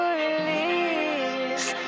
release